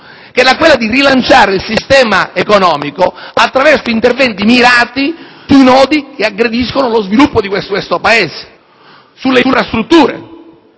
quella di rilanciare il sistema economico attraverso interventi mirati sui nodi che aggrediscono lo sviluppo del Paese, sulle infrastrutture,